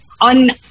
on